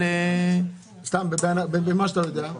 סתם, במה שאתה יודע?